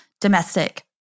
domestic